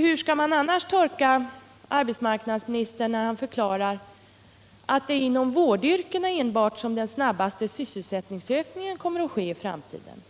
Hur skall man annars tolka arbetsmarknadsministern när han förklarar att det är inom vårdyrkena enbart som den snabbaste sysselsättningsökningen kommer att ske i framtiden